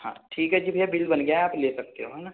हाँ ठीक हैं जी भैया बिल बन गया है आप ले सकते हो है ना